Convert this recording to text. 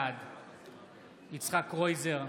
בעד יצחק קרויזר,